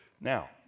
Now